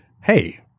Hey